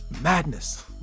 madness